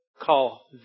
call